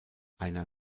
einer